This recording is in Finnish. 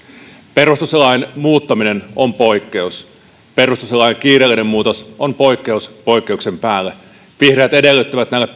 perustuslain muuttaminen on poikkeus perustuslain kiireellinen muutos on poikkeus poikkeuksen päälle vihreät edellyttävät näille